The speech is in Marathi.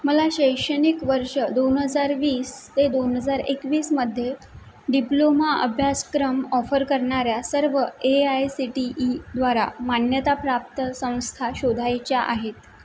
मला शैक्षणिक वर्ष दोन हजार वीस ते दोन हजार एकवीसमध्ये डिप्लोमा अभ्यासक्रम ऑफर करणाऱ्या सर्व ए आय सी टी ईद्वारा मान्यताप्राप्त संस्था शोधायच्या आहेत